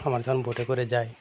আমরা যখন বোটে করে যায়